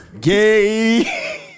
Gay